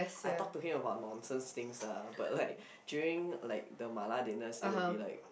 I talk to him about nonsense things uh but like during like the mala dinners it will be like